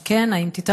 2. אם כן, האם תתערב?